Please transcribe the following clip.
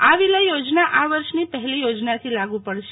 આ વિલય યોજના આ વર્ષની પહેલી યોજનાથી લાગુ પડશે